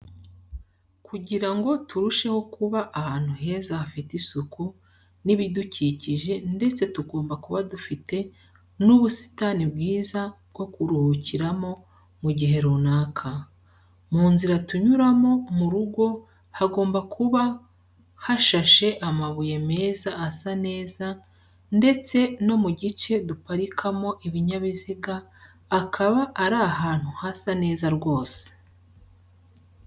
Kugira ngo turusheho kuba ahantu heza hafite isuku n’ibidukikije ndetse tugomba kuba dufite n'ubusitani bwiza bwo kuruhukiramo mu gihe runaka. Mu nzira tunyuramo mu rugo hagomba kuba hashashe amabuye meza asa neza ndetse no mu gice duparikamo ibinyabiziga akaba ari ahantu hasa neza rwose.